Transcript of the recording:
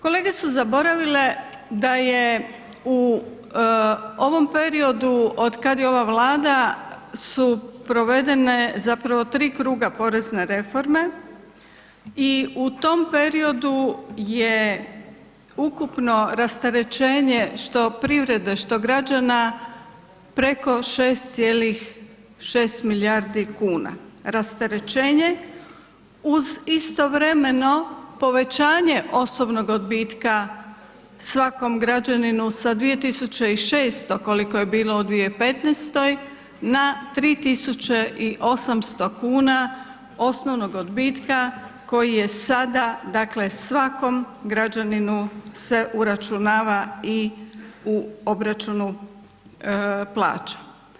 Kolege su zaboravile da je u ovom periodu od kad je ova Vlada su provedene zapravo tri kruga porezne reforme i u tom periodu je ukupno rasterećenje što privrede, što građana preko 6,6 milijardi kuna, rasterećenje uz istovremeno povećanje osobnog odbitka svakom građaninu sa 2600 koliko je bilo 2015. na 3800 kn osnovnog odbitka koji je sada dakle svakom građaninu se uračunava i u obračunu plaća.